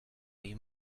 you